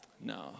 No